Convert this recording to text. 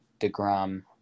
DeGrom